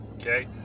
Okay